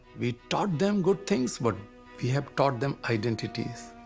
we taught them good things but we have taught them identities,